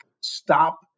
stop